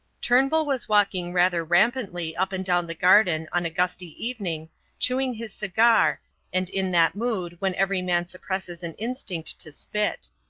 turnbull was walking rather rampantly up and down the garden on a gusty evening chewing his cigar and in that mood when every man suppresses an instinct to spit.